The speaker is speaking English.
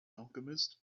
alchemist